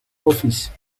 office